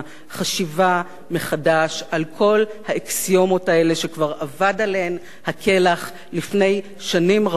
חשיבה מחדש על כל האקסיומות האלה שכבר אבד עליהן כלח לפני שנים רבות,